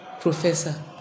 professor